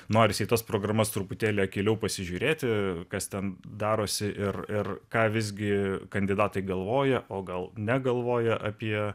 norisi į tas programas truputėlį akyliau pasižiūrėti kas ten darosi ir ir ką visgi kandidatai galvoja o gal negalvoja apie